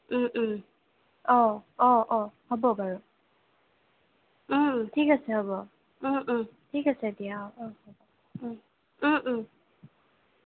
অঁ অঁ অঁ হ'ব বাৰু ঠিক আছে হ'ব ঠিক আছে দিয়া অঁ অঁ